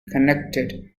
connected